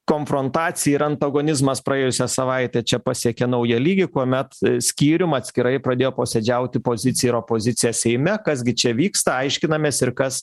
konfrontacija ir antagonizmas praėjusią savaitę čia pasiekė naują lygį kuomet skyrium atskirai pradėjo posėdžiauti pozicija ir opozicija seime kas gi čia vyksta aiškinamės ir kas